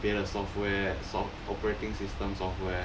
别的 software soft~ operating system software